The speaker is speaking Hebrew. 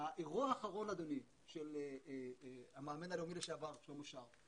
האירוע האחרון של המאמן הלאומי לשעבר שלמה שרף